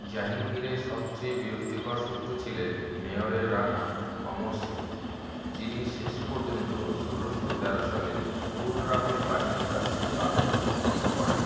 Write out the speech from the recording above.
জাহাঙ্গীরের সবচেয়ে বিরক্তিকর শত্রু ছিলেন মেবারের রানা অমর সিং যিনি শেষ পর্যন্ত ষোলোশো তেরো সালে খুররামের বাহিনীর কাছে আত্মসমর্পণ করেন